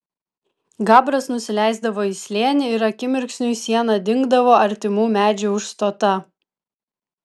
gabras nusileisdavo į slėnį ir akimirksniui siena dingdavo artimų medžių užstota